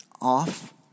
off